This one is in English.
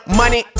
money